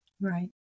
Right